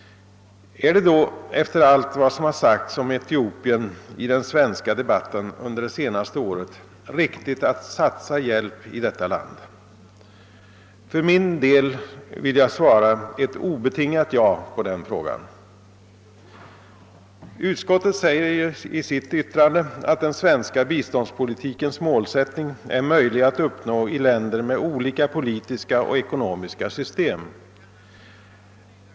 är det då efter allt vad som sagts om Etiopien i den svenska debatten under det senaste året riktigt att satsa hjälp i detta land? För min del vill jag svara ett obetingat ja på den frågan. i Utskottet säger i sitt yttrande att den svenska biståndspolitikens målsättning är möjlig att uppnå i länder med olika politiska och ekonomiska system.